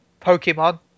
Pokemon